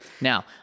Now